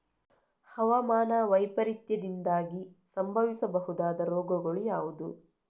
ಹವಾಮಾನ ವೈಪರೀತ್ಯದಿಂದಾಗಿ ಸಂಭವಿಸಬಹುದಾದ ರೋಗಗಳು ಯಾವುದು?